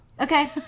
Okay